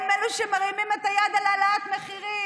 הם אלו שמרימים את היד על העלאת מחירים,